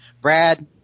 Brad